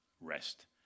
rest